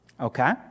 okay